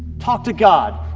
talk to god.